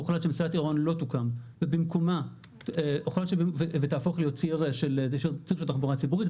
הוחלט שמסילת עירון לא תוקם ותהפוך להיות ציר של תחבורה ציבורית,